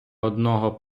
одного